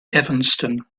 evanston